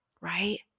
right